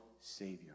Savior